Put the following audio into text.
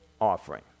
offering